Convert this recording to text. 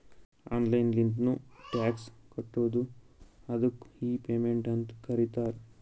online ಲಿಂತ್ನು tax ಕಟ್ಬೋದು ಅದ್ದುಕ್ ಇ ಪೇಮೆಂಟ್ ಅಂತ್ ಕರೀತಾರ